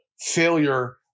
failure